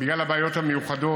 בגלל הבעיות המיוחדות,